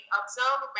observe